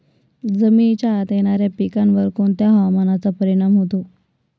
जमिनीच्या आत येणाऱ्या पिकांवर कोणत्या हवामानाचा परिणाम होतो?